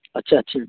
अच्छा अच्छा